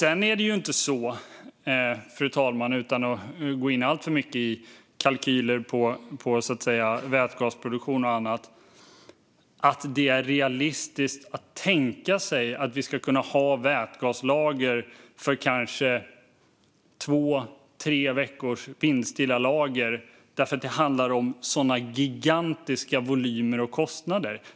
Sedan är det ju inte, utan att gå in alltför mycket i kalkyler om vätgasproduktion och annat, realistiskt att tänka sig att vi ska kunna ha vätgaslager för kanske två tre vindstilla veckor, för det handlar om sådana gigantiska volymer och kostnader.